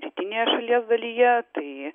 rytinėje šalies dalyje tai